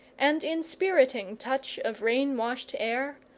and inspiriting touch of rain-washed air,